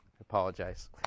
apologize